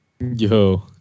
Yo